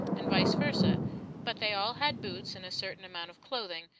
and vice versa but they all had boots and a certain amount of clothing,